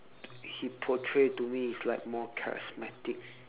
he portray to me is like more charismatic